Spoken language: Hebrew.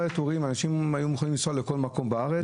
אנשים היו מוכנים לנסוע לכל מקום בארץ.